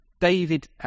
David